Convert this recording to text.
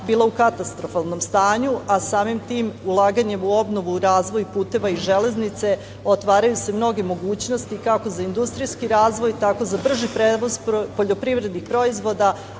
bila u katastrofalnom stanju, a samim tim ulaganje u obnovu i razvoj puteva i železnice otvaraju se mnoge mogućnosti kako za industrijski razvoj, tako za brži prevoz poljoprivrednih proizvoda,